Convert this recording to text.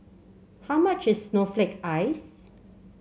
how much is Snowflake Ice